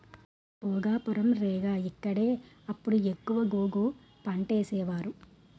భోగాపురం, రేగ ఇక్కడే అప్పుడు ఎక్కువ గోగు పంటేసేవారు